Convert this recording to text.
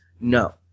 No